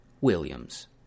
Williams